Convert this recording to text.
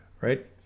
right